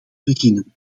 beginnen